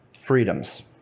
freedoms